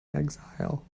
exile